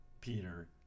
Peter